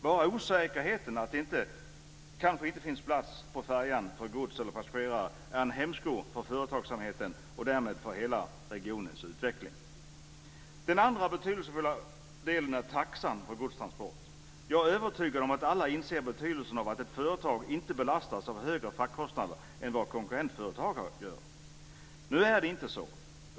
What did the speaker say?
Bara osäkerheten med att det kanske inte finns plats på färjan för gods eller passagerare är en hämsko för företagsamheten och därmed för hela regionens utveckling. Den andra betydelsefulla delen är taxan för godstransport. Jag är övertygad om att alla inser betydelsen av att ett företag inte belastas med högre fraktkostnader än vad konkurrentföretaget har. Nu är det inte så.